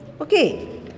Okay